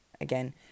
again